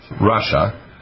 Russia